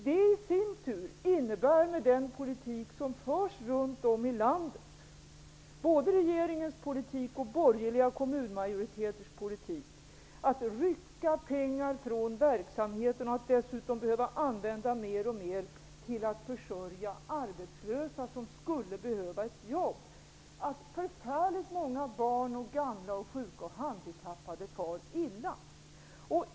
Det i sin tur innebär med den politik som förs runt om i landet, både regeringens politik och borgerliga kommunmajoriteters politik, att man rycker pengar från viktiga verksamheter och dessutom behöver använda mer och mer av pengarna till att försörja arbetslösa som skulle ha behövt ett jobb. Förfärligt många barn, gamla, sjuka och handikappade far illa.